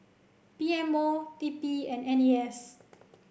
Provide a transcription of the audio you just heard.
P M O T P and N A S